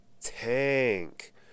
tank